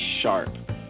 sharp